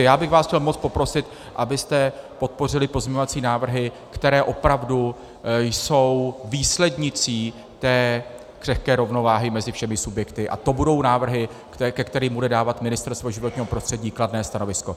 Já bych vás chtěl moc poprosit, abyste podpořili pozměňovací návrhy, které jsou opravdu výslednicí křehké rovnováhy mezi všemi subjekty, a to budou návrhy, ke kterým bude dávat Ministerstvo životního prostředí kladné stanovisko.